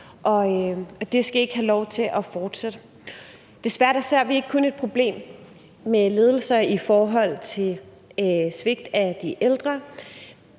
det skal ikke have lov til at fortsætte. Desværre ser vi ikke kun et problem med ledelser i forhold til at svigte de ældre